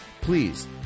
Please